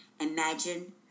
Imagine